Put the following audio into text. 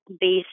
based